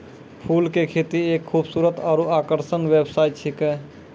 फूल के खेती एक खूबसूरत आरु आकर्षक व्यवसाय छिकै